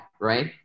right